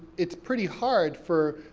it's pretty hard for,